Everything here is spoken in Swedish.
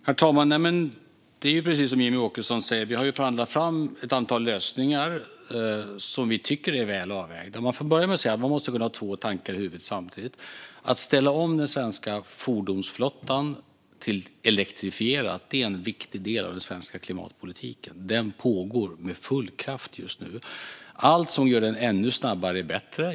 Herr talman! Det är precis som Jimmie Åkesson säger: Vi har förhandlat fram ett antal lösningar som vi tycker är väl avvägda. Låt mig börja med att säga att man måste kunna ha två tankar i huvudet samtidigt. Att ställa om den svenska fordonsflottan till elektrifierat är en viktig del av den svenska klimatpolitiken. Elektrifieringen pågår med full kraft just nu. Allt som gör den ännu snabbare är bättre.